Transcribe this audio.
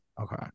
okay